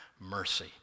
mercy